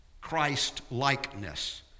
Christ-likeness